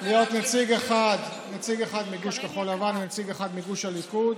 שיהיה נציג אחד מגוש כחול לבן ונציג אחד מגוש הליכוד,